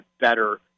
better